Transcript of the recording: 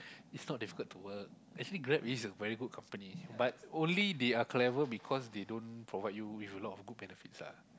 it's not difficult to work actually Grab is a very good company but only they are clever because they don't provide you with a lot of good benefits ah